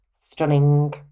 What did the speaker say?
stunning